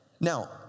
Now